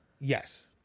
Yes